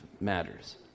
matters